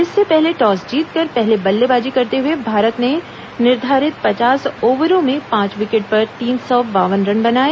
इससे पहले टॉस जीतकर पहले बल्लेबाजी करते हए भारत ने निर्धारित पचास आवरों में पांच विकेट पर तीन सौ बावन रन बनाए